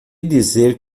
dizer